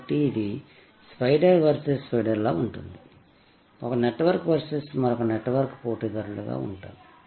కాబట్టి ఇది spider versus spider లాగా ఉంటుంది ఒక నెట్వర్క్ వర్సెస్ మరొక నెట్వర్క్ పోటీ దారులుగా ఉంటారు